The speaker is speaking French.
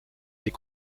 est